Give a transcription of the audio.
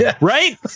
Right